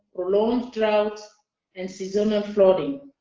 prolonged drought and seasonal flooding.